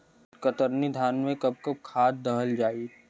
कतरनी धान में कब कब खाद दहल जाई?